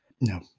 No